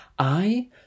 I